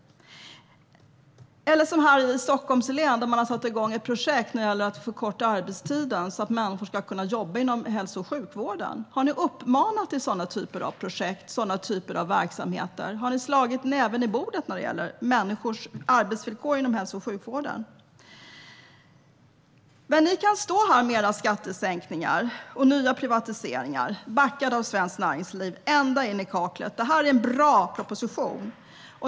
Eller som här i Stockholms län, där man har satt igång ett projekt när det gäller att förkorta arbetstiden så att människor ska kunna jobba inom hälso och sjukvården - har ni uppmanat till sådana typer av projekt och verksamheter? Har ni slagit näven i bordet när det gäller människors arbetsvillkor inom hälso och sjukvården? Ni kan stå här med era skattesänkningar och nya privatiseringar, uppbackade ända in i kaklet av Svenskt Näringsliv, men detta är en bra proposition.